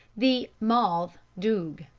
the mauthe doog